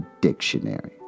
dictionary